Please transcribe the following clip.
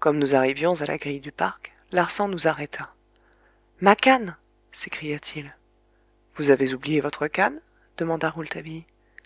comme nous arrivions à la grille du parc larsan nous arrêta ma canne s'écria-t-il vous avez oublié votre canne demanda rouletabille